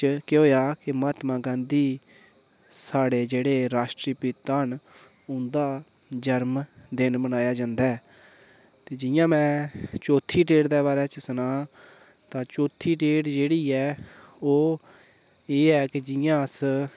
च केह् होएया के महात्मा गांधी साढ़े जेह्ड़े राश्ट्रीय पिता न उं'दा जरमदिन मनाया जंदा ऐ ते जियां मैं चौथी डेट दे बारे च सनां तां चौथी डेट जेह्ड़ी ऐ ओह् एह् ऐ के जियां अस